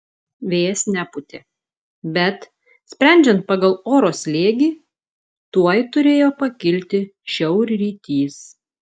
vėjas nepūtė bet sprendžiant pagal oro slėgį tuoj turėjo pakilti šiaurrytys